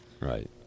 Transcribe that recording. Right